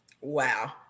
Wow